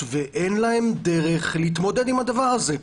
ואין להן דרך להתמודד עם הדבר הזה.